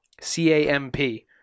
C-A-M-P